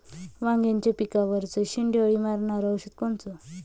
वांग्याच्या पिकावरचं शेंडे अळी मारनारं औषध कोनचं?